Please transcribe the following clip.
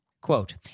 quote